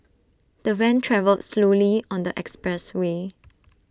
the van travelled slowly on the expressway